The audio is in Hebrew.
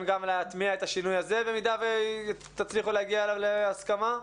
להטמיע גם את השינוי הזה במידה שתצליחו להגיע לגביו להסכמה?